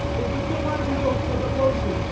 but with no antidote for the potion,